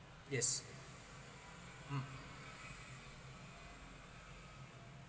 yes mm